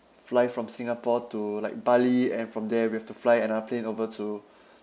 fly from singapore to like bali and from there we have to fly an airplane over to